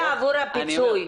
זה עבור הפיצוי.